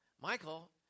Michael